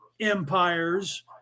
empires